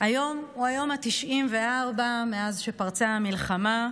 היום הוא היום ה-94 מאז שפרצה המלחמה,